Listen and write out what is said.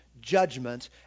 judgment